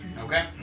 Okay